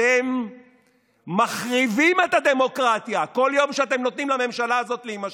אתם מחריבים את הדמוקרטיה כל יום שאתם נותנים לממשלה הזאת להמשיך.